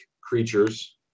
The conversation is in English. creatures